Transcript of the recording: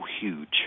huge